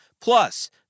plus